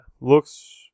Looks